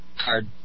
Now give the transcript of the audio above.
card